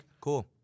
Cool